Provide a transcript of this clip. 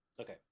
Okay